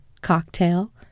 cocktail